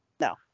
No